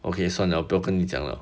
okay 算了不跟你讲了